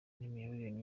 n’imibereho